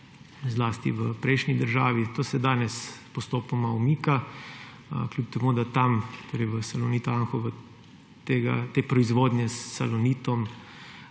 v prejšnji državi. To se danes postopoma umika. Kljub temu da tam, torej v Salonitu Anhovo, te proizvodnje s salonitom